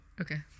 Okay